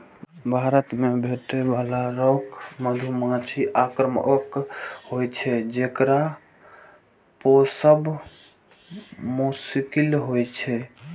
भारत मे भेटै बला रॉक मधुमाछी आक्रामक होइ छै, जेकरा पोसब मोश्किल छै